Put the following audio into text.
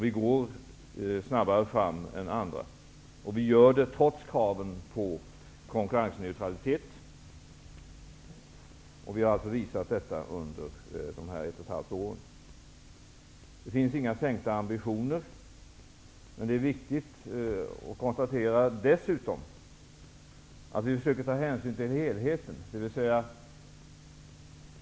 Vi går snabbare fram än andra, och vi gör det trots kraven på konkurrensneutralitet. Detta har vi visat under de här ett och ett halvt åren. Det finns ingen sänkt ambitionsnivå. Det är dessutom viktigt att konstatera att vi försöker ta hänsyn till helheten.